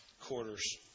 quarters